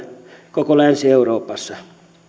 koko länsi euroopassa